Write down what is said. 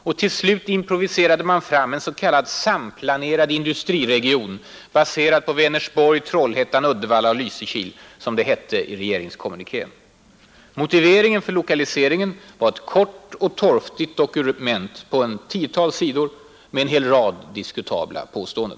Och till slut improviserade man fram en ”samplanerad industriregion baserad på Vänersborg, Trollhättan, Uddevalla och Lysekil”, som det hette i regeringskommunikén. Motiveringen för lokaliseringen var ett kort och torftigt dokument på en tio sidor med en hel rad diskutabla påståenden.